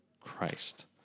Christ